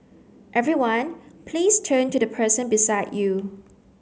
everyone please turn to the person beside you